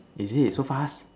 is it so fast